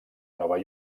nova